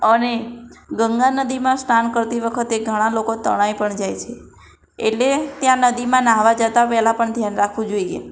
અને ગંગા નદીમાં સ્નાન કરતી વખતે ઘણા લોકો તણાઈ પણ જાય છે એટલે ત્યાં નદીમાં નહાવા જતાં પહેલાં પણ ધ્યાન રાખવું જોઈએ